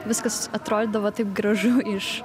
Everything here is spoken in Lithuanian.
viskas atrodydavo taip gražu iš